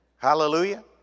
Hallelujah